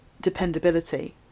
dependability